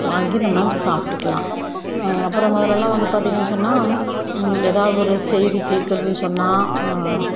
வாங்கி நம்ம சாப்பிட்டுக்கலாம் அப்புறோம் முதலல்லாம் வந்து பார்த்தீங்கன்னு சொன்னால் எதா ஒரு செய்தி கேட்கணுன்னு சொன்னால்